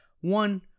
One